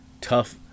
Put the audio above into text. tough